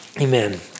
Amen